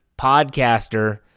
podcaster